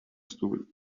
stood